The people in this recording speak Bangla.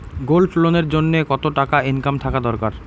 গোল্ড লোন এর জইন্যে কতো টাকা ইনকাম থাকা দরকার?